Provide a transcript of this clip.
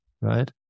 right